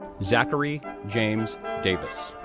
zachary james davis,